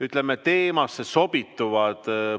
nihuke teemasse sobituv